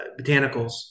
botanicals